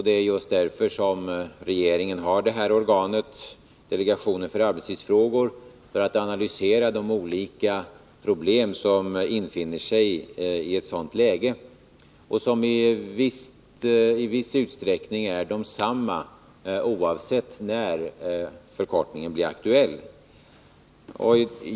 Det är just därför regeringen har ett särskilt organ, delegationen för arbetstidsfrågor, som skall analysera de olika problem som kan uppstå och som i viss utsträckning är de samma oavsett när förkortningen blir aktuell.